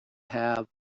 have